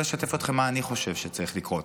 לשתף אתכם במה שאני חושב שצריך לקרות.